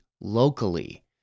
locally